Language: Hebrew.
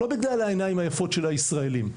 לא בגלל העיניים היפות של הישראלים.